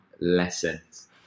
lessons